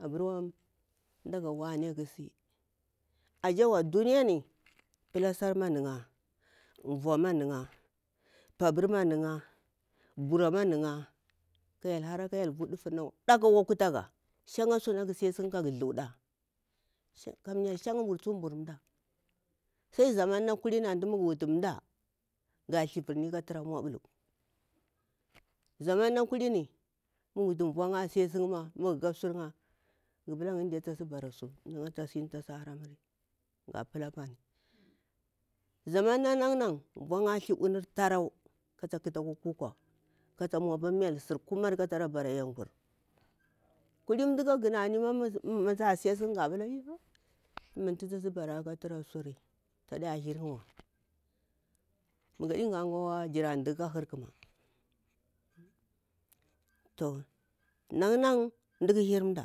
Aburwa nza wane khasi ashewa duniya pilasar ma nu'ya, bua ma nu'ya, pabur ma nu'ya, bua ma nu'ya ka hyelhara kara vu suna kwa sai zaman na kullimi antu ga thivirin mda sai kal e moɓulu kulini mu gha wutu vu'ya ga thiviri tasi bara su wami tasi tasu hara miri zaman na waci mda vu'ya thi una a tar kata mau mile kuma kata ra bara yankur, kulini mdaka ganarni ma mah tasi asi'ya ga pila yu mutasi barari katura suri mu gaɗi gah ghawa jira ɗikka, nan nan mda kha hir mada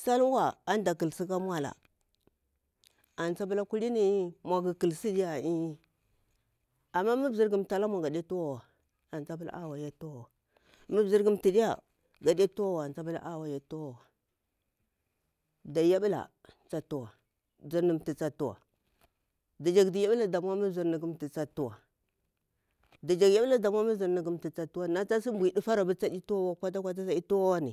sal wa antu da khalsi ka maula antu tha pila maul khalsiwa amma mau mzir khatu ala mau gade tuwawa tapila aw yaɗeta tuwawa ka diya da yaɓula mzirni tha ta tuwa mah da jaktu yaɓula da mzirni tha tsa tuwa da jaktu yaɓula damau mzirni tha ta tuwa to natu tadi thuwa wani kwata kwata en tuwani.